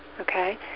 Okay